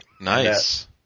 Nice